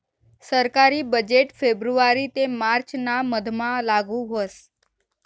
सरकारी बजेट फेब्रुवारी ते मार्च ना मधमा लागू व्हस